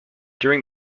during